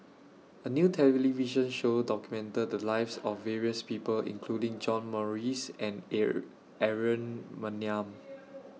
A New television Show documented The Lives of various People including John Morrice and Air Aaron Maniam